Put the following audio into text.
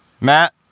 Matt